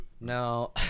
No